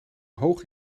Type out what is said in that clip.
hoger